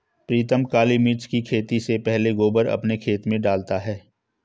प्रीतम काली मिर्च की खेती से पहले गोबर अपने खेत में डालता है